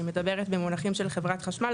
אני מדברת במונחים של חברת חשמל,